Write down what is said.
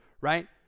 right